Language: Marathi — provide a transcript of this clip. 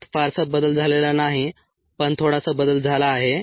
त्यात फारसा बदल झालेला नाही पण थोडासा बदल झाला आहे